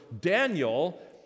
Daniel